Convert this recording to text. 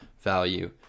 value